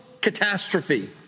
catastrophe